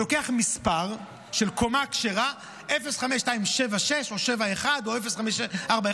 אתה לוקח מספר של קומה כשרה, 05276 או 71 או 0541,